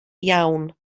iawn